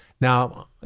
now